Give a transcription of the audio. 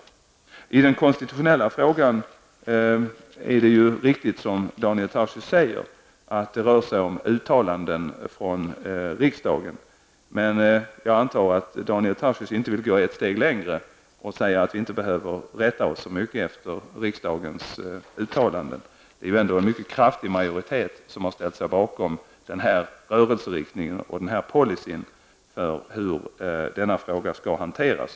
När det gäller den konstitutionella frågan är det som Daniel Tarschys säger riktigt. Det rör sig om uttalanden från riksdagen. Men jag antar att Daniel Tarschys inte vill gå ett steg längre och säga att vi inte behöver rätta oss så mycket efter riksdagens uttalanden. Det är ju ändå en mycket kraftig majoritet som har ställt sig bakom den här inriktningen och den här policyn när det gäller hur denna fråga skall hanteras.